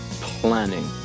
planning